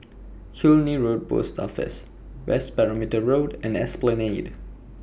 Killiney Road Post Office West Perimeter Road and Esplanade